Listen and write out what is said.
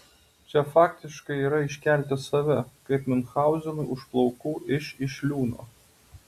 čia faktiškai yra iškelti save kaip miunchauzenui už plaukų iš iš liūno